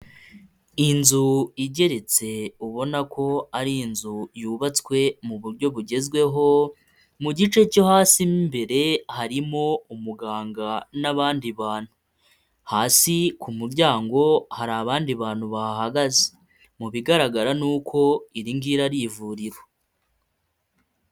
Inzu igeretse ubona ko ari inzu yubatswe mu buryo bugezweho, mu gice cyo hasi mu imbere harimo umuganga n'abandi bantu, hasi ku muryango hari abandi bantu bahahagaze mu bigaragara ni uko iringiri ari ivuriro.